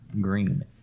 green